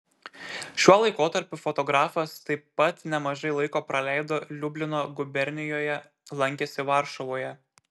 šiuo laikotarpiu fotografas taip pat nemažai laiko praleido liublino gubernijoje lankėsi varšuvoje